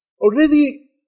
Already